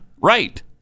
right